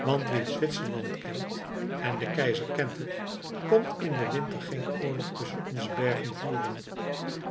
want wie zwitserland kent en de keizer kent het komt in den winter geen oorlog tusschen onze bergen voeren